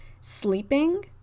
sleeping